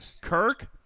Kirk